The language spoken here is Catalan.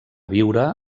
viure